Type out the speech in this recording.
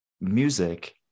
music